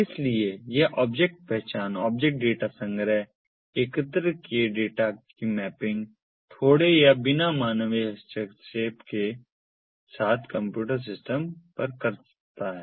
इसलिए यह ऑब्जेक्ट पहचान ऑब्जेक्ट डेटा संग्रह और एकत्र किए गए डेटा की मैपिंग थोड़े या बिना मानवीय हस्तक्षेप के साथ कंप्यूटर सिस्टम पर करता है